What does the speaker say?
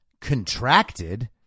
contracted